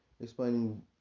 Explaining